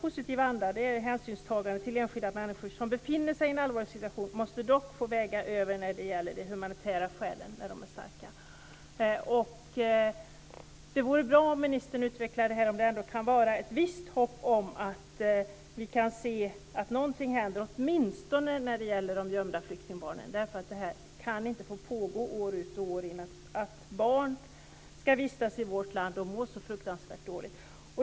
Ministern säger i svaret: "Hänsynstagandet till enskilda människor som befinner sig i en allvarlig situation måste dock få väga över när de humanitära skälen är starka". Det vore bra om ministen utvecklade det. Det kan ändå vara ett visst hopp om att vi kan få se att någonting händer åtminstone när det gäller de gömda flyktingbarnen. Det kan inte få pågå år ut och år in att barn vistas i vårt land och mår så fruktansvärt dåligt.